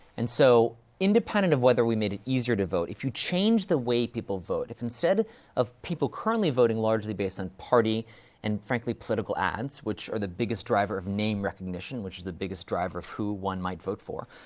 and so, independent of whether we made it easier to vote, if you change the way people vote, if instead of people currently voting largely based on party and, frankly, political ads, which are the biggest driver of name recognition, which is the biggest driver of who one might vote for.